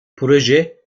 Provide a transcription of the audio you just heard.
proje